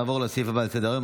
נעבור לסעיף הבא על סדר-היום,